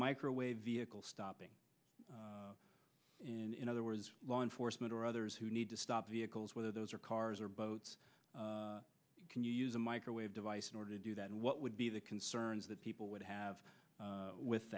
microwave vehicle stopping and in other words law enforcement or others who need to stop vehicles whether those are cars or boats can you use a microwave device in order to do that and what would be the concerns that people would have with